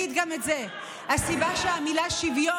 אז אני אגיד גם את זה: הסיבה לכך שהמילה "שוויון"